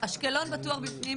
אשקלון בטוח בפנים,